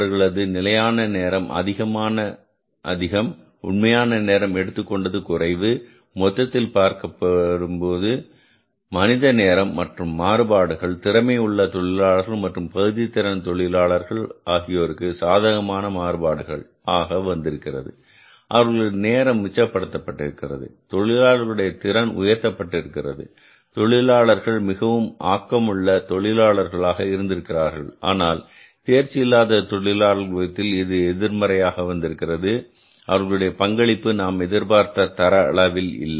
அவர்களது நிலையான நேரம் அதிகம் உண்மையான நேரம் எடுத்துக்கொண்டது குறைவு மொத்தத்தில் பார்க்கும்போது மனித நேரம் மற்றும் மாறுபாடுகள் திறமை உள்ள தொழிலாளர்கள் மற்றும் பகுதி திறன் தொழிலாளர்கள் ஆகியோருக்கு சாதகமான மாறுபாடுகள் ஆக வந்திருக்கிறது அவர்களது நேரம் மிச்ச படுத்தப்பட்டிருக்கிறது தொழிலாளர்களுடைய திறன் உயர்த்தப்பட்டிருக்கிறது தொழிலாளர்கள் மிகவும் ஆக்கம் உள்ள தொழிலாளர்களாக இருந்திருக்கிறார்கள் ஆனால் தேர்ச்சி இல்லாத தொழிலாளர்கள் விஷயத்தில் இது எதிர்மறையாக வந்திருக்கிறது அவர்களுடைய பங்களிப்பு நாம் எதிர்பார்த்த தர அளவில் இல்லை